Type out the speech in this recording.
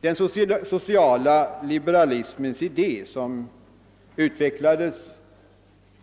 Den sociala liberalismens idé, som utvecklades